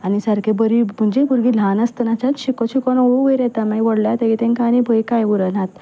आनी सारकीं बरे म्हणजे भुरगीं ल्हान आसतनाच्यान शिकून शिकून वयर येता मागीर व्हडले जातकीर तांकां आनी पळय काय उरनात